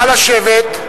נא לשבת.